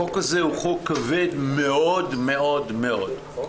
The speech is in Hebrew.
החוק הזה הוא חוק כבד מאוד מאוד מאוד.